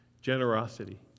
generosity